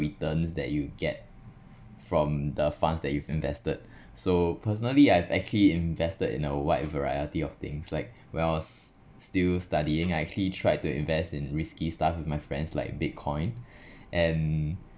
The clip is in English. returns that you get from the funds that you've invested so personally I've actually invested in a wide variety of things like when I was still studying I actually tried to invest in risky stuff with my friends like bitcoin and